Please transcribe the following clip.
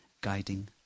guiding